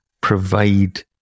provide